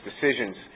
decisions